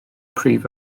prif